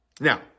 Now